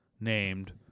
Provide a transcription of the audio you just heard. named